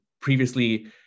Previously